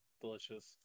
Delicious